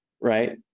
right